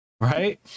right